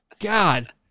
God